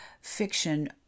fiction